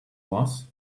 was